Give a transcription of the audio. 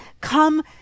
come